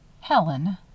Helen